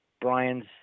Brian's